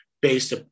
based